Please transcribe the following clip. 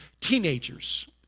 Teenagers